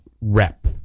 rep